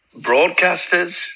broadcasters